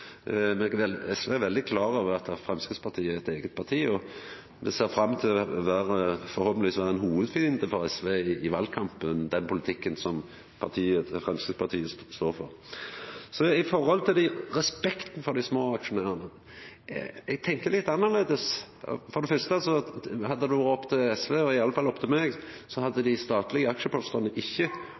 SV er veldig klar over at Framstegspartiet er eit eige parti, og me ser fram til forhåpentlegvis å vera ein hovudfiende til den politikken Framstegspartiet står for. Når det gjeld respekten for dei små aksjonærane, tenkjer eg litt annleis. For det fyrste, hadde det vore opp til SV – i alle fall opp til meg – hadde dei statlege aksjepostane ikkje